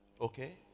Okay